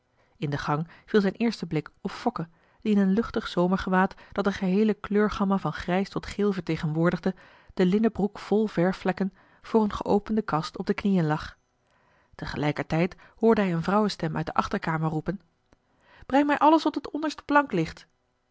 in den gang viel zijn eerste blik op fokke die in een luchtig zomergewaad dat de geheele kleurgamma van grijs tot geel vertegenwoordigde de linnen broek vol verfvlekken voor eene geopende kast op de knieën lag tegelijkertijd hoorde hij een vrouwenstem uit de achterkamer roepen breng mij alles wat op de onderste plank ligt